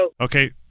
Okay